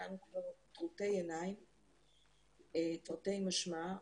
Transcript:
כולנו כבר טרוטי-עיניים תרתי-משמע.